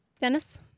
Dennis